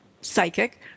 psychic